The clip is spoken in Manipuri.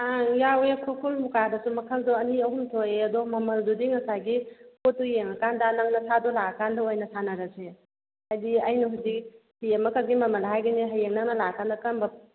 ꯑꯪ ꯌꯥꯎꯋꯦ ꯈꯨꯔꯈꯨꯜ ꯃꯨꯀꯥꯗꯁꯨ ꯃꯈꯜꯗꯣ ꯑꯅꯤ ꯑꯍꯨꯝ ꯊꯣꯛꯑꯦ ꯑꯗꯣ ꯃꯃꯜꯗꯨꯗꯤ ꯉꯁꯥꯏꯒꯤ ꯄꯣꯠꯇꯨ ꯌꯦꯡꯉꯀꯥꯟꯗ ꯅꯪ ꯅꯁꯥꯗꯣ ꯂꯥꯛꯑꯀꯥꯟꯗ ꯑꯣꯏꯅ ꯁꯥꯟꯅꯔꯁꯦ ꯍꯥꯏꯗꯤ ꯑꯩꯅ ꯍꯧꯖꯤꯛ ꯐꯤ ꯑꯃ ꯈꯛꯀꯤ ꯃꯃꯜ ꯍꯥꯏꯒꯅꯤ ꯍꯌꯦꯡ ꯅꯪꯅ ꯂꯥꯛꯑꯀꯥꯟꯗ ꯀꯔꯝꯕ